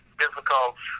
difficult